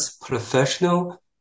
Professional